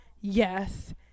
yes